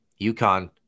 UConn